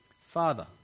Father